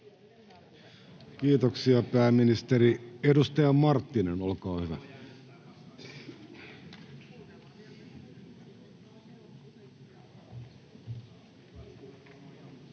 Kiitoksia, pääministeri. — Edustaja Marttinen, olkaa hyvä. [Speech